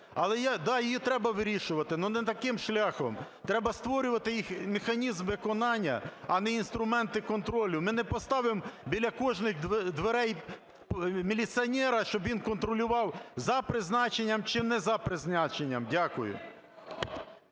Да, її треба вирішувати, але не таким шляхом. Треба створювати їх механізм виконання, а не інструменти контролю. Ми не поставимо біля кожних дверей міліціонера, щоб він контролював: за призначенням чи не за призначенням. Дякую.